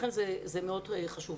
לכן זה מאוד חשוב.